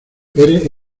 eres